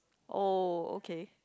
oh okay